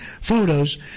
photos